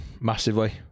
massively